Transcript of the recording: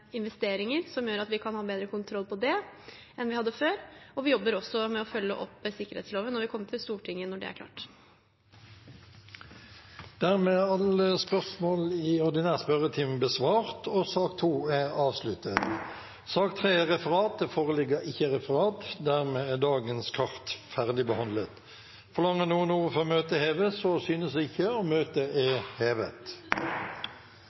investeringer, som gjør at vi kan ha bedre kontroll på det enn vi hadde før. Vi jobber også med å følge opp sikkerhetsloven, og vi kommer til Stortinget når det er klart. Dermed er alle spørsmål i den ordinære spørretimen besvart, og sak nr. 2 er ferdigbehandlet. Det foreligger ikke referat. Dermed er dagens kart ferdigbehandlet. Forlanger noen ordet før møtet heves? – Møtet